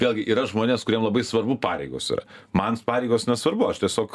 vėlgi yra žmonės kuriem labai svarbu pareigos yra man pareigos nesvarbu aš tiesiog